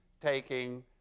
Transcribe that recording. taking